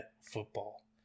football